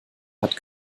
hat